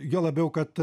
juo labiau kad